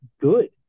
good